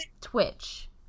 twitch